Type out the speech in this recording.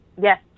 Yes